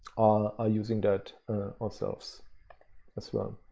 ah using that ourselves as well.